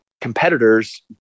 competitors